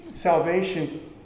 Salvation